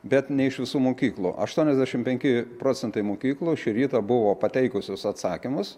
bet ne iš visų mokyklų aštuoniasdešimt penki procentai mokyklų šį rytą buvo pateikusios atsakymus